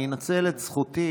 אני אנצל את זכותי,